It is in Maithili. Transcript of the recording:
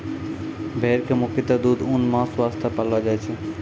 भेड़ कॅ मुख्यतः दूध, ऊन, मांस वास्तॅ पाललो जाय छै